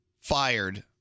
fired